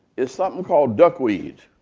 it's something called duck weed.